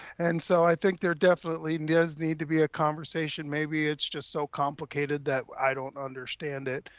and so i think there definitely does need to be a conversation. maybe it's just so complicated that i don't understand it,